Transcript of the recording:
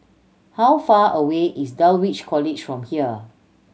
how far away is Dulwich College from here